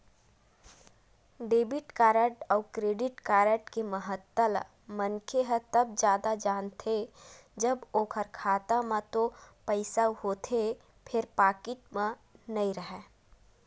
debit card अउ credit card के महत्ता ल मनखे ह तब जादा जानथे जब ओखर खाता म तो पइसा होथे फेर पाकिट म नइ राहय